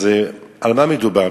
על מה מדובר?